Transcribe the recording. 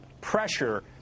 pressure